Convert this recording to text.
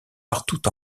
partout